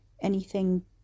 anything